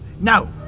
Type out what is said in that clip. Now